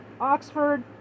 Oxford